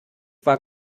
war